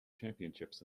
championships